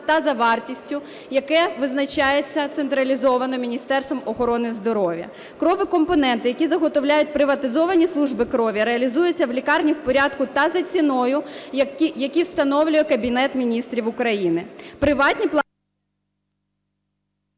та за вартістю, яка визначається централізовано Міністерством охорони здоров'я. Крово-компоненти, які заготовляють приватизовані служби крові, реалізуються в лікарні в порядку та за ціною, які встановлює Кабінет Міністрів України.